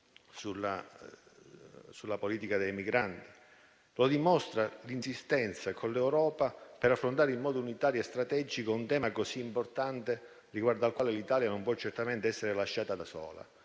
sulla politica dei migranti. Lo dimostra l'insistenza con l'Europa per affrontare in modo unitario e strategico un tema così importante, riguardo al quale l'Italia non può certamente essere lasciata da sola;